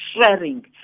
sharing